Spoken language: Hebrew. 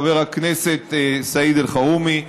חבר הכנסת סעיד אלחרומי,